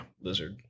Lizard